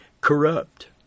corrupt